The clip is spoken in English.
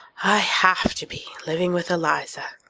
have to be, living with eliza.